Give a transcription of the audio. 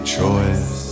choice